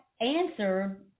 answer